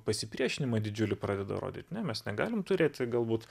pasipriešinimą didžiulį pradeda rodyt ne mes negalim turėti galbūt